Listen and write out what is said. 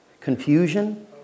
confusion